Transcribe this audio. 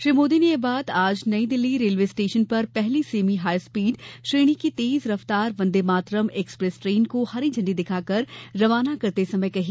श्री मोदी ने यह बात आज नई दिल्ली रेलवे स्टेशन पर पहली सेमी हाई स्पीड श्रेणी की तेज रफ्तार वंदे भारत एक्सप्रेस ट्रेन को झंडी दिखाकर रवाना करते समय कही